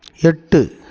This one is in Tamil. எட்டு